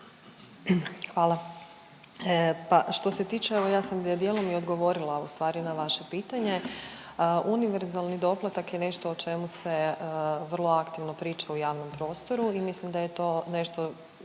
Hvala. Pa što se tiče evo ja sam dijelom i odgovorila ustvari na vaše pitanje. Univerzalni doplatak je nešto o čemu se vrlo aktivno priča u javnom prostoru i mislim da je to nešto